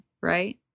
Right